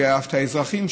ואת האזרחים,